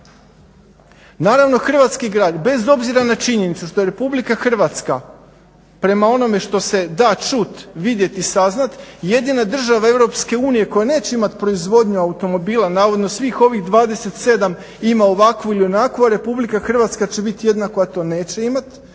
Naravno hrvatski grad bez obzira na činjenicu što je Republika Hrvatska prema onome što se da čuti, vidjeti i saznati jedina država Europske unije koja neće imati proizvodnju automobila navodno svih ovih 27 ima ovakvu ili onakvu, a Republika Hrvatska će biti jedina koja to neće imati.